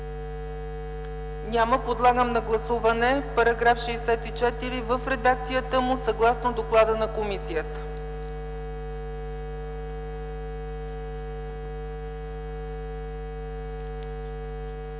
няма. Подлагам на гласуване § 64 в редакцията му, съгласно доклада на комисията.